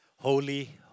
Holy